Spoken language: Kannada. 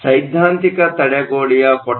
ಸೈದ್ಧಾಂತಿಕ ತಡೆಗೊಡೆಯ ಪೊಟೆನ್ಷಿಯಲ್ 0